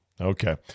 Okay